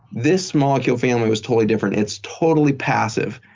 this molecule family was totally different. it's totally passive.